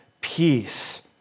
peace